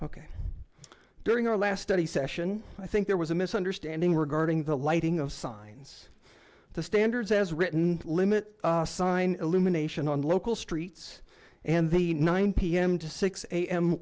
ok during our last study session i think there was a misunderstanding regarding the lighting of signs the standards as written limit sign illumination on local streets and the nine pm to six a